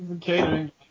catering